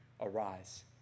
arise